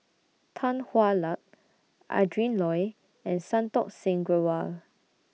Tan Hwa Luck Adrin Loi and Santokh Singh Grewal